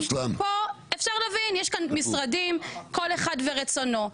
פה אפשר להבין, יש כאן משרדים, כל אחד ורצונו,